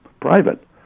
private